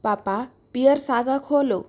पापा Pear Saga खोलो